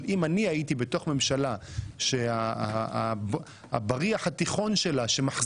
אבל אם אני הייתי בתוך ממשלה שהבריח התיכון שמחזיק